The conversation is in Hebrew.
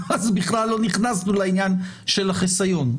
אז בכלל לא נכנסנו לעניין של החיסיון.